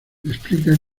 explica